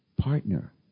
partner